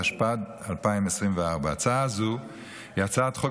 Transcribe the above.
התשפ"ד 2024. הצעה זו היא הצעת חוק